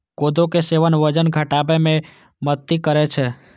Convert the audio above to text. कोदो के सेवन वजन घटाबै मे मदति करै छै